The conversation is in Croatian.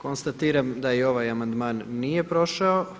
Konstatiram da i ovaj amandman nije prošao.